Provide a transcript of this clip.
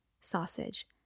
sausage